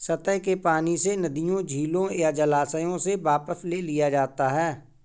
सतह के पानी से नदियों झीलों या जलाशयों से वापस ले लिया जाता है